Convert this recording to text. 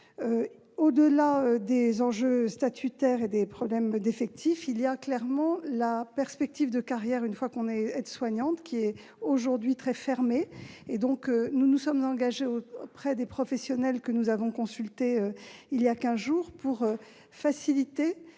Au-delà des enjeux statutaires et des problèmes d'effectifs, la perspective de carrière des aides-soignantes est aujourd'hui très fermée. Nous nous sommes engagés auprès des professionnelles que nous avons consultées voilà quinze jours à faciliter